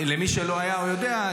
למי שלא היה או יודע,